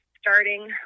starting